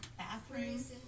bathrooms